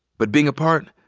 but being apart,